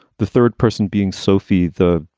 the third person being sophie, the